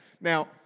Now